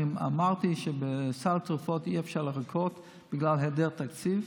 אני אמרתי שבסל התרופות אי-אפשר לחכות בגלל היעדר תקציב.